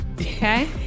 okay